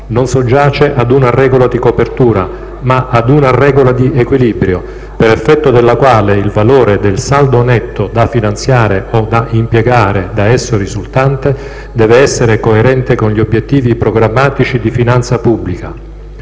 non soggiace ad una regola di copertura, ma ad una regola di equilibrio, per effetto della quale il valore del saldo netto da finanziare o da impiegare da esso risultante deve essere coerente con gli obiettivi programmatici di finanza pubblica;